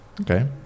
Okay